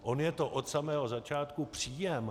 On je to od samého začátku příjem.